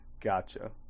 Gotcha